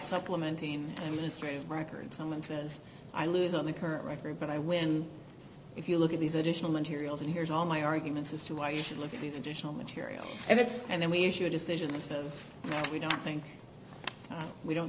supplementing ministry records someone says i lose on the current record but i win if you look at these additional materials and here's all my arguments as to why you should look into conditional material and it's and then we issue a decision suppose we don't think we don't